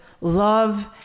love